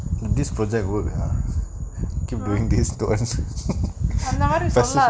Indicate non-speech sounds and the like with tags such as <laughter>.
eh this project work ah keep going distanced <laughs> cause